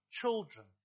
Children